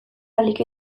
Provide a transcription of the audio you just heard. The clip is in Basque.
ahalik